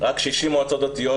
רק 60 מועצות דתיות,